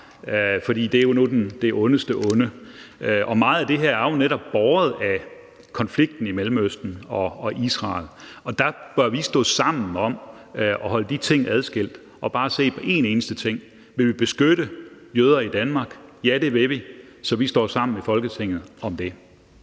fordi det jo er det ondeste onde. Meget af det her er netop båret af konflikten i Mellemøsten og Israel. Der bør vi stå sammen om at holde de ting adskilt og bare se på en eneste ting: Vil vi beskytte jøder i Danmark? Ja, det vil vi, så vi står i Folketinget sammen